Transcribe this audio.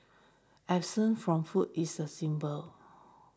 absence from food is a symbol